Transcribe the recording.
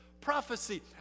prophecy